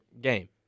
game